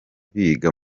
biga